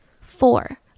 Four